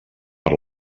per